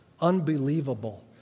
Unbelievable